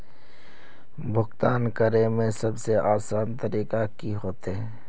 भुगतान करे में सबसे आसान तरीका की होते?